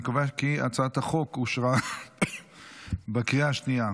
אני קובע כי הצעת החוק אושרה בקריאה השנייה.